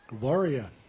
Warrior